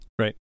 Right